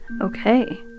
Okay